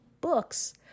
Books